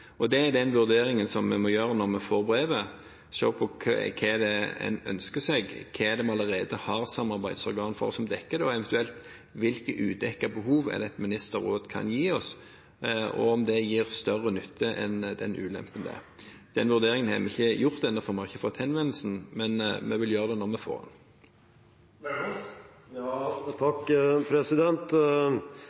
Det er den vurderingen vi må gjøre når vi får brevet – se på hva det er en ønsker seg, hva det er en allerede har av samarbeidsorganer for som dekker, og hvilke eventuelle udekkede behov det er et ministerråd kan dekke, og om det gir større nytte enn ulemper. Den vurderingen har vi ikke gjort ennå, for vi har ikke fått henvendelsen, men vi vil gjøre det når vi får den. En